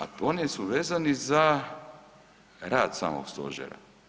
A oni su vezani za rad samog Stožera.